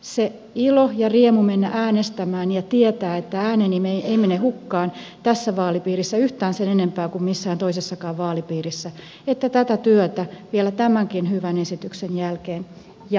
se ilo ja riemu mennä äänestämään ja tietää että ääneni ei mene hukkaan tässä vaalipiirissä yhtään sen enempää kuin missään toisessakaan vaalipiirissä että tätä työtä vielä tämänkin hyvän esityksen jälkeen jatketaan